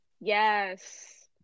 Yes